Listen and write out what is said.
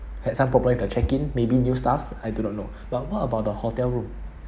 had some problem with the check in maybe new staffs I do not know but what about the hotel room